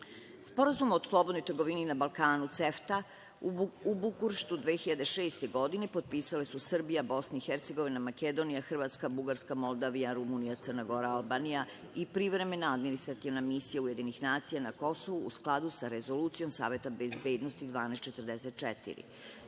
Sporazum o slobodnoj trgovini na Balkanu CEFTA u Bukureštu 2006. godine potpisale su Srbija, BiH, Makedonija, Hrvatska, Bugarska, Moldavija, Rumunija, Crna Gora, Albanija i privremena administrativna Misija UN na Kosovu u skladu sa Rezolucijom Saveta bezbednosti 1244.